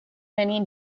many